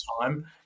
time